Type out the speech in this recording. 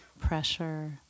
pressure